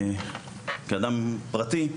ראשית, כאדם פרטי אני